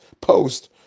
post